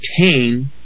obtain